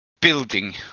building